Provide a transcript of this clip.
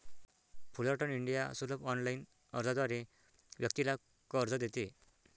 Fullerton India सुलभ online अर्जाद्वारे व्यक्तीला कर्ज देते